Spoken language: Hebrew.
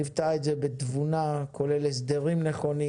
ליווית את זה בתבונה, כולל הסדרים נכונים,